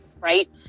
right